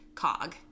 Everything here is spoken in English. cog